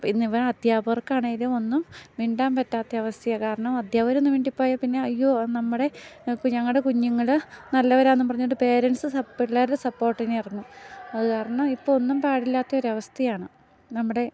even അധ്യാപകർക്കാണേലും ഒന്നും മിണ്ടാൻ പറ്റാത്ത അവസ്ഥയാണ് കാരണം അധ്യാപകരൊന്ന് മിണ്ടിപ്പോയാൽ പിന്നെ അയ്യോ അത് നമ്മുടെ ഞങ്ങളുടെ കുഞ്ഞുങ്ങള് നല്ലവരാന്നും പറഞ്ഞുകൊണ്ട് പാരൻസ് പിള്ളാരുടെ സപ്പോർട്ടിനിറങ്ങും അത് കാരണം ഇപ്പം ഒന്നും പാടില്ലാത്തൊരവസ്ഥയാണ് നമ്മുടെ